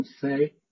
say